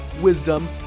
wisdom